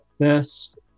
first